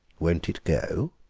won't it go?